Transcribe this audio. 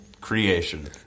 creation